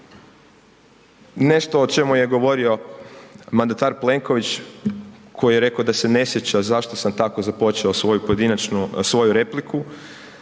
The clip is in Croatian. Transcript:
nešto o čemu je govorio mandatar Plenković, koji je rekao da se ne sjeća zašto sam tako započeo svoju